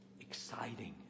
exciting